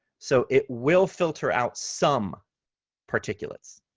so it will filter out some particulates,